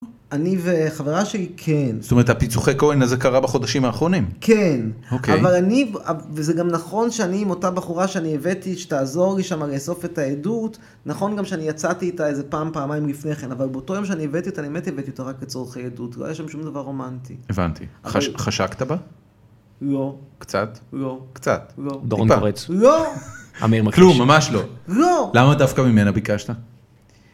אני וחברה שלי כן. זאת אומרת הפיצוחי כהן הזה קרה בחודשים האחרונים? כן. אבל אני, וזה גם נכון שאני עם אותה בחורה שאני הבאתי שתעזור לי שם לאסוף את העדות, נכון גם שאני יצאתי איתה איזה פעם פעמיים לפני כן, אבל באותו יום שאני הבאתי אותה, אני באמת הבאתי אותה רק לצורך העדות, לא היה שם שום דבר רומנטי. הבנתי. חשקת בה? לא. קצת? לא. קצת? לא. דורון קורץ. לא. אמיר מכחיש. כלום, ממש לא. לא. למה דווקא ממנה ביקשת?